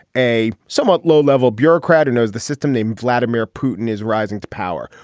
a somewhat low level bureaucrat and knows the system named vladimir putin is rising to power.